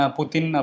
Putin